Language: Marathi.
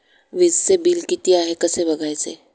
वीजचे बिल किती आहे कसे बघायचे?